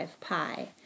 pi